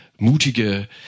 mutige